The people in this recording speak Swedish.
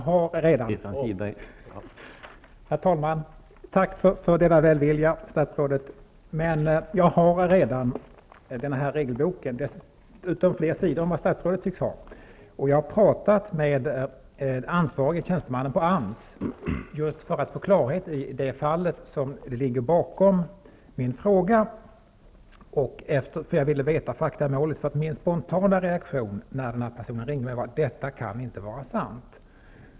Herr talman! Tack för välviljan, men jag har redan denna regelbok, t.o.m. med fler sidor än vad statsrådet tycks ha. Jag har talat med den ansvarige tjänstemannen på AMS för att få klarhet i det fall som ligger bakom min fråga, eftersom jag ville få tillgång till fakta. Min spontana reaktion när personen i fråga ringde upp mig var: detta kan inte vara sant.